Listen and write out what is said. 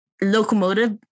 locomotive